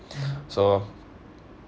so